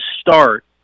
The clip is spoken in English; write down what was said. start